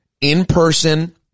in-person